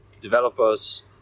developers